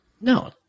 No